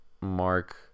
mark